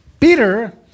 Peter